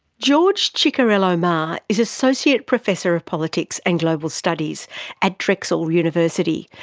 george ciccariello-maher ah is associate professor of politics and global studies at drexel university.